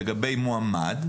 לגבי מועמד,